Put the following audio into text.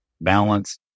balance